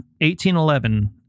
1811